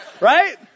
right